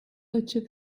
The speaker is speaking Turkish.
açık